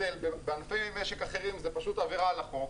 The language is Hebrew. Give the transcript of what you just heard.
בענפי משק אחרים זה פשוט עבירה על החוק.